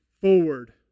forward